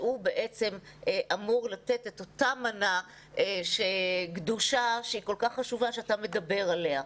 שהוא בעצם אמור לתת את אותה מנה גדושה שכל כך חשובה שאתה מדבר עליה.